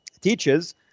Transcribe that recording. teaches